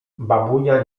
babunia